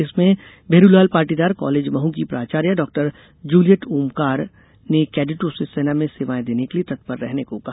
इसमें भेरूलाल पाटीदार कॉलेज महू की प्राचार्या डॉ जुलियट ओमकार ने कैडिटों से सेना में सेवाए देने को लिए तत्पर रहने को कहा